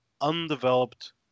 undeveloped